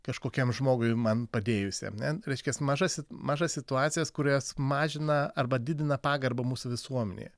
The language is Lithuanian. kažkokiam žmogui man padėjusiam ne reiškias mažas mažas situacijas kurias mažina arba didina pagarbą mūsų visuomenėje